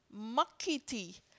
Makiti